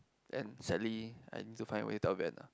and sadly I need to find way to end ah